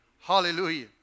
Hallelujah